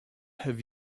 have